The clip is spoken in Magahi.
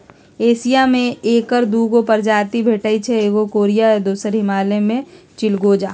एशिया में ऐकर दू गो प्रजाति भेटछइ एगो कोरियाई आ दोसर हिमालय में चिलगोजा